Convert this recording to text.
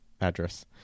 address